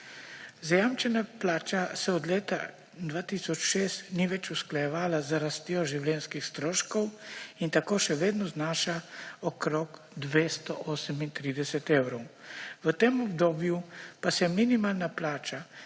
Zajamčena plača se od leta 2006 ni več usklajevala z rastjo življenjskih stroškov in tako še vedno znaša okrog 238 evrov. V tem obdobju pa se je minimalna plača,